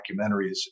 documentaries